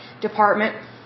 department